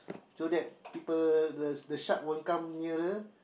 so that people the sharks won't come nearer